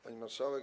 Pani Marszałek!